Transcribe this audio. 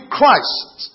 Christ